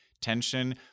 tension